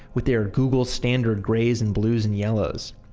with their google standard grays and blues and yellows.